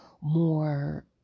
more